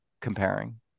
comparing